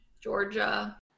Georgia